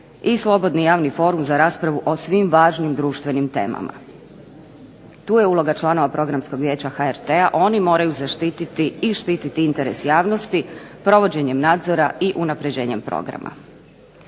i slobodni javni forum za raspravu o svim važnim društvenim temama. Tu je uloga članova Programskog vijeća HRT-a, oni moraju zaštititi i štiti interes javnosti provođenjem nadzora i unapređenjem programa.